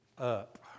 up